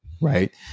Right